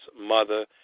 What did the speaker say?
mother